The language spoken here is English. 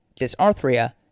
dysarthria